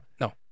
No